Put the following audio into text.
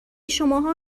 شماها